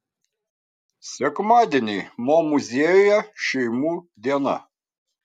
sekmadieniai mo muziejuje šeimų diena